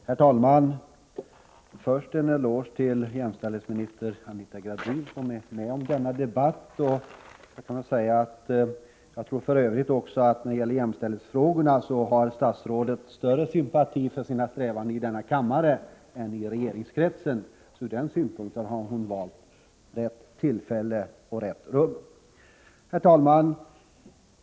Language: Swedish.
Herr talman! Först en eloge till jämställdhetsminister Anita Gradin som är med och följer debatten. Jag tror för övrigt att statsrådet när det gäller jämställdhetsfrågor har större sympatier för sina strävanden i denna kammare än i regeringskretsar. Ur den synpunkten har hon valt rätt tillfälle och rätt rum. Herr talman!